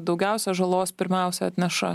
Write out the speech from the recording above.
daugiausia žalos pirmiausia atneša